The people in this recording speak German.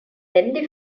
handy